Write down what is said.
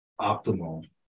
optimal